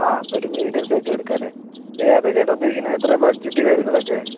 ആ അപ്പോൾ ഒരു മീഡിയം സൈക്കളെടുക്കാല്ലേ ഏതാ ചേട്ടൻ ഉദ്ദേശിക്കുന്നത് എത്രയാ ബഡ്ജറ്റ് കാര്യങ്ങളൊക്കെ